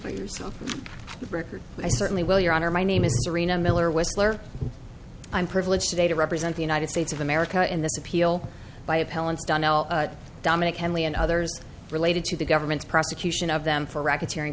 for yourself the record i certainly will your honor my name is arena miller whistler i'm privileged today to represent the united states of america in this appeal by appellants dunn l dominic henley and others related to the government's prosecution of them for racketeering